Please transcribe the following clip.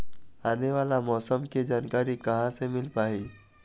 आने वाला मौसम के जानकारी कहां से मिल पाही?